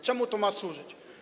Czemu to ma służyć?